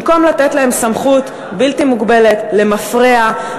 במקום לתת להם סמכות בלתי מוגבלת למפרע,